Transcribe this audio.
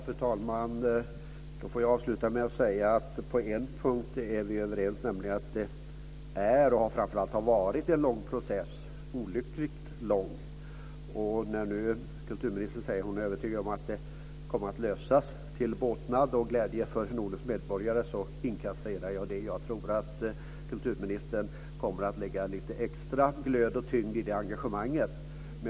Fru talman! Jag får då avsluta med att säga att vi är överens på en punkt, nämligen att det är och framför allt har varit en lång process. Den har varit olyckligt lång. Jag inkasserar kulturministerns uttalande att hon är övertygad om att frågan kommer att lösas, till glädje och båtnad för Nordens medborgare. Jag tror att kulturministern kommer att lägga in lite extra glöd och tyngd i sitt engagemang för detta.